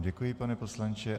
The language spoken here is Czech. Děkuji vám, pane poslanče.